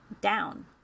down